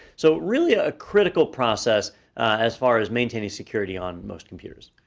so really, a critical process as far as maintaining security on most computers.